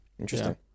Interesting